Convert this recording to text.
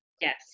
yes